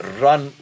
run